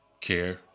care